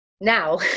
Now